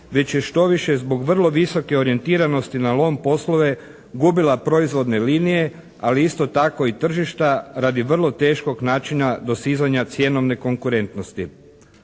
veće je štoviše zbog vrlo visoke orijentiranosti na lom poslove gubila proizvodne linije, ali isto tako i tržišta radi vrlo teškog načina dosizanja cijenom nekonkurentnosti.